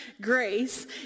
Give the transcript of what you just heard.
grace